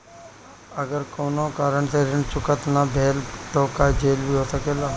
अगर कौनो कारण से ऋण चुकता न भेल तो का जेल भी हो सकेला?